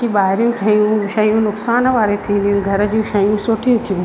कि ॿाहिरियूं ठहियूं शयूं साण वारे थींदियूं घर वारी शयूं सुठियूं थियूं